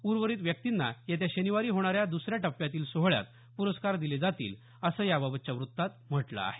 उर्वरित व्यक्तींना येत्या शनिवारी होणाऱ्या दसऱ्या टप्प्यातील सोहळ्यात प्रस्कार दिले जातील असं याबाबतच्या वृत्तात म्हटलं आहे